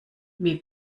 wie